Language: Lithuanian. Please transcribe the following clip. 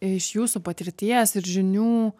iš jūsų patirties ir žinių